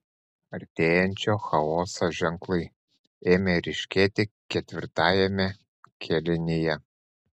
artėjančio chaoso ženklai ėmė ryškėti ketvirtajame kėlinyje